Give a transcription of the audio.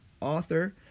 author